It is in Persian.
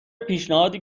پیشنهادی